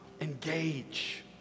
Engage